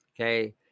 Okay